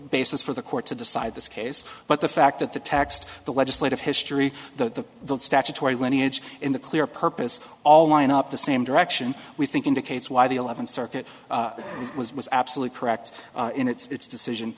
basis for the court to decide this case but the fact that the text the legislative history the statutory lineage in the clear purpose all line up the same direction we think indicates why the eleventh circuit was was absolutely correct in its decision